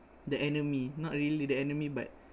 the enemy not really the enemy but